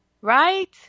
Right